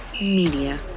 Media